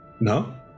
No